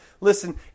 listen